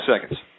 seconds